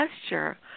gesture